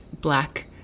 black